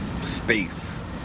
space